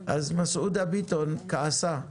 אז מסעודה ביטון כעסה,